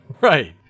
Right